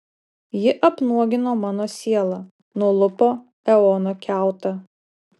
ji apnuogino mano sielą nulupo eono kiautą